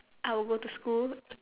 I will go to school